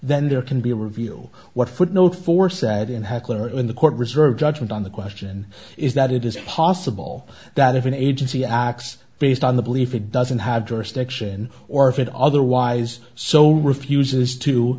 then there can be a review what footnote for said in a heckler in the court reserve judgement on the question is that it is possible that if an agency acts based on the belief it doesn't have jurisdiction or if it otherwise so refuses to